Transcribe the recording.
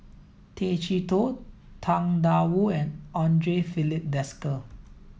Tay Chee Toh Tang Da Wu and Andre Filipe Desker